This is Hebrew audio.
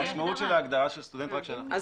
המשמעות של ההגדרה של סטודנט --- אז